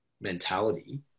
mentality